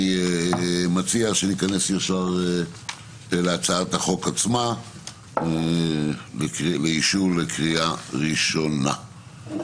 אני מציע שניכנס ישר להצעת החוק עצמה ולאישור לקריאה הראשונה.